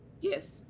Yes